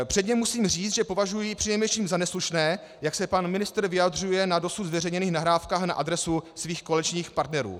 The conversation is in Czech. Předně musím říct, že považuji přinejmenším za neslušné, jak se pan ministr vyjadřuje na dosud zveřejněných nahrávkách na adresu svých koaličních partnerů.